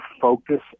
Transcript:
focus